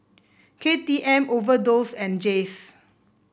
K T M Overdose and Jays